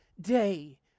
day